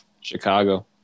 Chicago